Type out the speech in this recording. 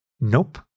Nope